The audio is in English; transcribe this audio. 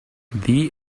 the